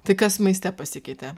tai kas maiste pasikeitė